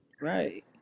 Right